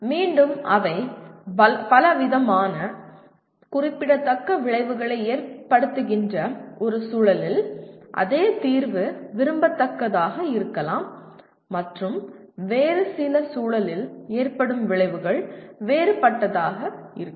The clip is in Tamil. மீண்டும் அவை பலவிதமான குறிப்பிடத்தக்க விளைவுகளை ஏற்படுத்துகின்ற ஒரு சூழலில் அதே தீர்வு விரும்பத்தக்கதாக இருக்கலாம் மற்றும் வேறு சில சூழலில் ஏற்படும் விளைவுகள் வேறுபட்டதாக இருக்கும்